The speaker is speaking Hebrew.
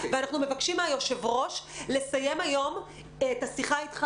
אנחנו מבקשים מהיושב-ראש לסיים היום את השיחה איתך